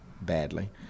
badly